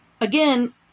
Again